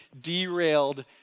derailed